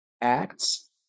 acts